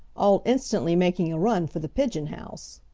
all instantly making a run for the pigeon house.